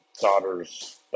daughters